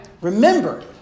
remember